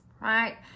right